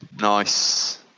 nice